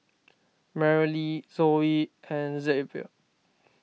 Merrily Zoey and Xzavier